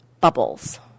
bubbles